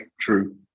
true